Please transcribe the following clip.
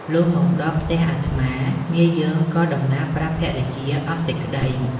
លុះមកដល់ផ្ទះអាត្មា មាយើងក៏ដំណាលប្រាប់ភរិយាអស់សេចក្តី។